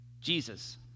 Jesus